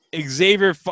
Xavier